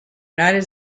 united